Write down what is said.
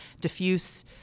diffuse